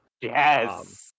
Yes